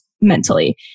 mentally